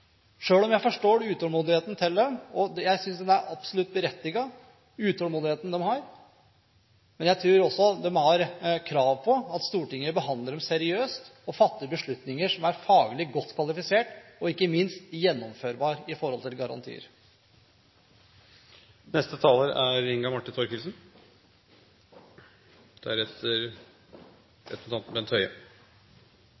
sjøl om jeg forstår utålmodigheten deres, og jeg synes den er absolutt berettiget. Men jeg tror også de har krav på at Stortinget behandler dem seriøst og fatter beslutninger som er faglig godt kvalifisert, og ikke minst gjennomførbare i forhold til